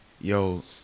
yo